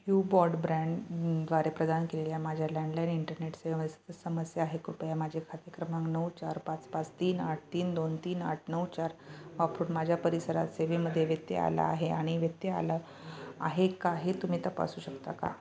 you ब्रॉडब्रँडद्वारे प्रदान केलेल्या माझ्या लँडलाईन इंटरनेट सेवेमध्ये समस्या आहे कृपया माझे खाते क्रमांक नऊ चार पाच पाच तीन आठ तीन दोन तीन आठ नऊ चार वापरून माझ्या परिसरात सेवेमध्ये व्यत्यय आला आहे आणि व्यत्यय आला आहे का हे तुम्ही तपासू शकता का